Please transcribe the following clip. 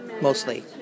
mostly